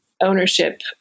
ownership